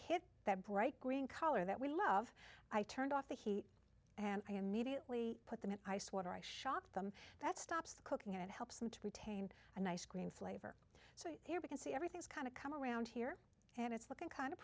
hit that bright green color that we love i turned off the heat and i immediately put them in ice water i shocked them that stops the cooking and helps them to retain an ice cream flavor so you can see everything's kind of come around here and it's looking kind of